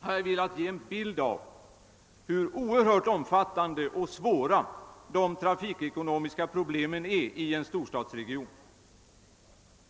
har jag velat ge en bild av hur omfattande och svåra de trafikekonomiska problemen är i en storstadsregion.